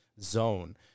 zone